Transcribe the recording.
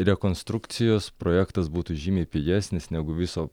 rekonstrukcijos projektas būtų žymiai pigesnis negu viso